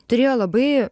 turėjo labai